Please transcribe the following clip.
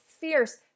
fierce